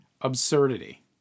absurdity